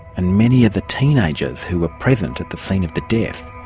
and many of the teenagers who were present at the scene of the death,